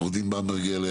עו"ד במברגר,